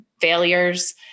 failures